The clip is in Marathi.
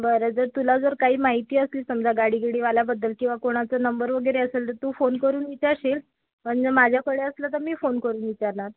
बरं जर तुला जर काही माहिती असली समजा गाडी बीडीवाल्याबद्दल किवा कोणाचा नंबर वगैरे असेल तर तू फोन करून विचारशील पण जर माझ्याकडे असलं तर मी फोन करून विचारणार